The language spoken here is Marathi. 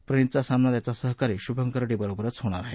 प्रणीतचा सामना त्याचा सहकारी शुभंकर डे बरोबरच होणार आहे